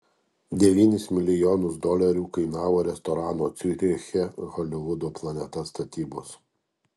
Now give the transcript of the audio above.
devynis milijonus dolerių kainavo restorano ciuriche holivudo planeta statybos